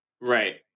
Right